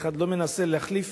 אחד לא מנסה להחליף